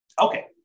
Okay